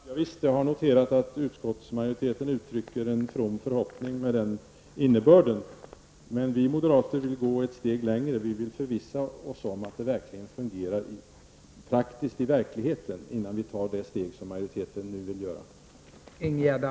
Fru talman! Visst har jag noterat att utskottsmajoriteten uttrycker en from förhoppning med den innebörden. Men vi moderater vill gå ett steg längre. Vi vill förvissa oss om att det fungerar praktiskt i verkligheten innan vi tar det steg som majoriteten nu vill göra.